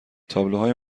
تابلوهای